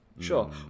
Sure